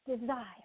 Desire